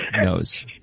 knows